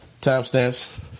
timestamps